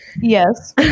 Yes